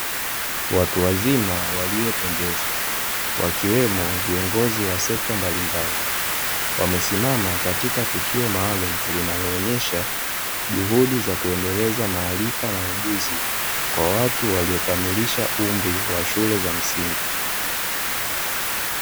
Watu wazima waliopendeza, wakiwemo viongozi wa sekta mbalimbali, wamesimama katika tukio maalumu linaloonyesha juhudi za kuendeleza maarifa na ujuzi kwa watu waliokamilisha umri wa shule za msingi.